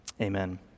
amen